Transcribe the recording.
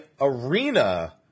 arena